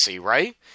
right